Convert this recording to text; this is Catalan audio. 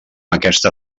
aquesta